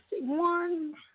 one